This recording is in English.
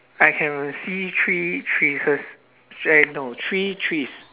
I can uh see three eh no three trees